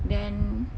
then